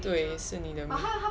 对是你的 maj